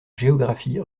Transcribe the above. géographie